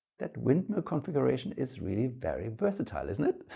that windmill configuration is really very versatile, isn't it.